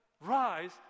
rise